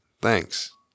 thanks